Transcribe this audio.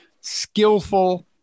skillful